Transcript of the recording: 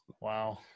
wow